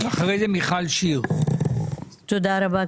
תודה רבה,